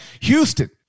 Houston